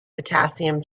potassium